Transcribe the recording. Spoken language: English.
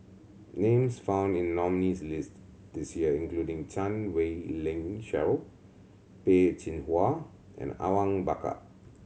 names found in nominees' list this year including Chan Wei Ling Cheryl Peh Chin Hua and Awang Bakar